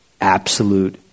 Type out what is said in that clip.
absolute